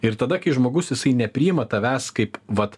ir tada kai žmogus jisai nepriima tavęs kaip vat